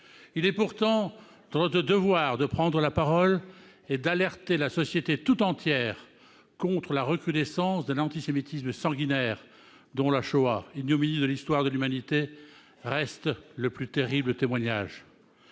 Il est pourtant de notre devoir de prendre la parole et d'alerter la société tout entière contre la recrudescence d'un antisémitisme sanguinaire, dont la Shoah, ignominie de l'histoire de l'Humanité, reste le plus terrible témoignage.